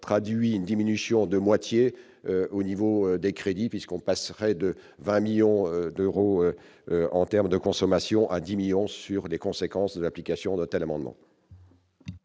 traduit une diminution de moitié au niveau des crédits puisqu'on passerait de 20 millions d'euros en termes de consommation à 10 millions sur les conséquences de l'application de tels amendements.